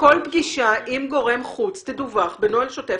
כל פגישה עם גורם חוץ תדווח בנוהל שוטף.